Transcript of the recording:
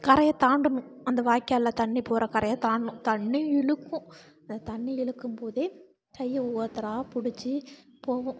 கரையை தாண்டணும் அந்த வாய்க்காலில் தண்ணி போகிற கரையை தாண்டணும் தண்ணி இழுக்கும் அந்த தண்ணி இழுக்கும் போதே கையை ஒவ்வொருத்தராக பிடிச்சி போவோம்